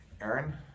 Aaron